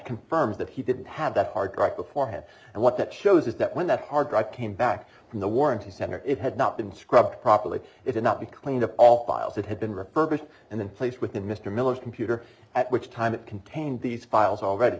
confirms that he didn't have that hard right beforehand and what that shows is that when that hard drive came back from the warranty center it had not been scrubbed properly it is not the cleaned up all files that had been referred first and then placed within mr miller's computer at which time it contained these files already